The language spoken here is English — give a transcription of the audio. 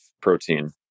protein